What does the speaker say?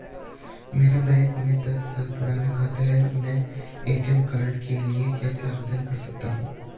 मेरा बैंक में दस साल पुराना खाता है मैं ए.टी.एम कार्ड के लिए कैसे आवेदन कर सकता हूँ?